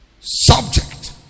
subject